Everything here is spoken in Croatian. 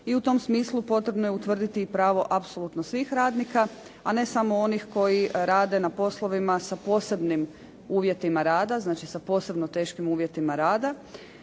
i u tom smislu potrebno je utvrditi i pravo apsolutno svih radnika a ne samo onih koji rade na poslovima sa posebnim uvjetima rada, znači sa posebno teškim uvjetima rada.